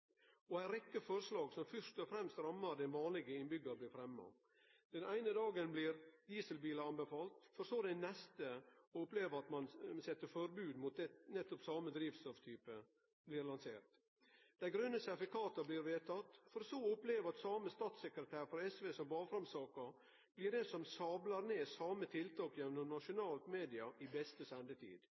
spesielt. Ei rad forslag, som først og fremst rammar den vanlege innbyggjar, blir fremja. Den eine dagen blir dieselbilar anbefalt, medan ein den neste dagen opplever at eit forbod mot nettopp same drivstofftype blir lansert. Dei grøne sertifikata blir vedtekne, for så å oppleve at same statssekretær frå SV som bar fram saka, blir den som sablar ned det same tiltaket gjennom eit nasjonalt medium, i beste sendetid.